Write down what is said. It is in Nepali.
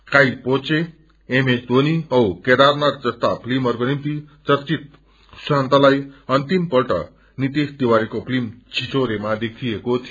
काई पे चे एम एस बेनी औ केदारनाथ जस्ता फिल्महरूकोनिमत चर्चित सुशान्तलाई अन्तिमपल्ट निश तिवारीको फिल्म छिछेरेमा देखिएको थियो